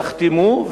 תחתמו,